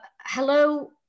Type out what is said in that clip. hello